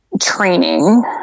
training